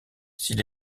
s’il